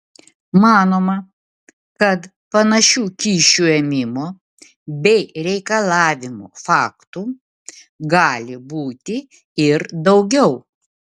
manoma kad panašių kyšių ėmimo bei reikalavimo faktų gali būti ir daugiau